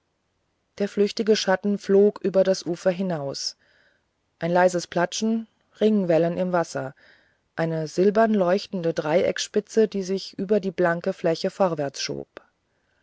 der flüchtige schatten flog über das ufer hinaus ein leises platschen ringwellen im wasser eine silberleuchtende dreieckspitze die sich über die blanke fläche vorwärts schob